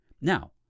now